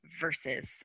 versus